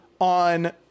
on